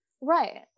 Right